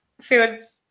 feels